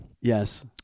Yes